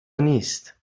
نیست